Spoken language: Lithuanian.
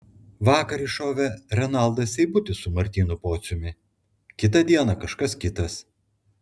vakar iššovė renaldas seibutis su martynu pociumi kitą dieną kažkas kitas